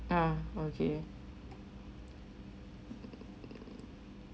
ah okay